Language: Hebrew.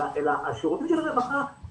אלא השירותים של הרווחה